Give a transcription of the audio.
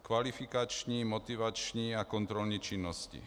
Kvalifikační, motivační a kontrolní činnosti.